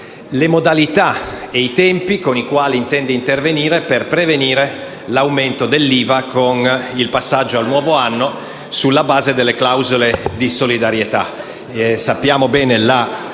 le modalità e i tempi con i quali intende intervenire per prevenire l’aumento dell’IVA con il passaggio al nuovo anno, sulla base delle clausole di salvaguardia.